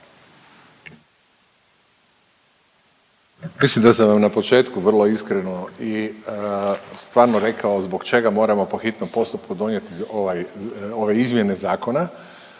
Mislim da sam vam na početku vrlo iskreno i stvarno rekao zbog čega moramo po hitnom postupku donijeti ovaj ove izmjene zakona.